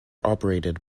operated